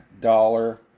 dollar